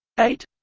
eight